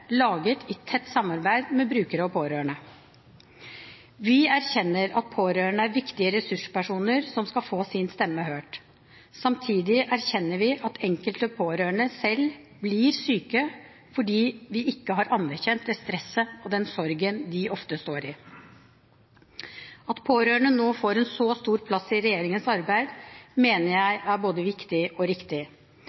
laget i tett samarbeid med brukere og pårørende. Vi erkjenner at pårørende er viktige ressurspersoner, som skal få sin stemme hørt. Samtidig erkjenner vi at enkelte pårørende selv blir syke fordi vi ikke har anerkjent det stresset og den sorgen de ofte står i. At pårørende nå får en så stor plass i regjeringens arbeid, mener jeg er både viktig og riktig.